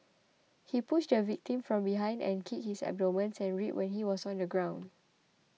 he pushed the victim from behind and kicked his abdomen and ribs when he was on the ground